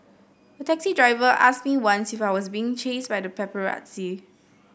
a taxi driver asked me once if I was being chased by the paparazzi